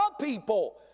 people